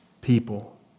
People